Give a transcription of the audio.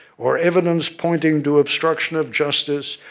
or evidence pointing to obstruction of justice,